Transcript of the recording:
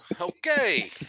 okay